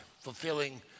fulfilling